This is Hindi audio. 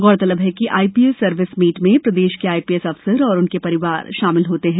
गौरतलब है कि आईपीएस सर्विस मीट में प्रदेश के आईपीएस अफसर और उनका परिवार शामिल होता है